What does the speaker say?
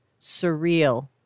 surreal